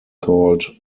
called